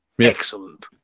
Excellent